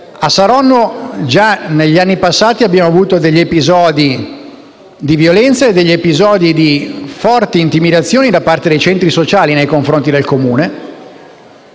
A Saronno già negli anni passati abbiamo avuto episodi di violenza e di forte intimidazione da parte dei centri sociali nei confronti del Comune